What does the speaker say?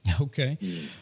Okay